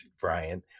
Brian